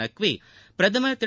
நக்வி பிரதமா் திரு